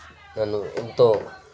నన్ను ఎంతో